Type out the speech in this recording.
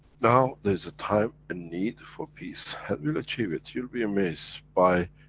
now, there's a time and need for peace, and we'll achieve it, you'll be amazed. by,